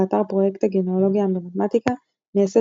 באתר פרויקט הגנאלוגיה במתמטיקה מייסד